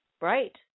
Right